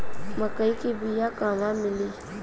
मक्कई के बिया क़हवा मिली?